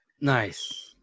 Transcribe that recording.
nice